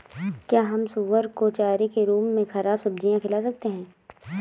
क्या हम सुअर को चारे के रूप में ख़राब सब्जियां खिला सकते हैं?